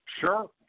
sure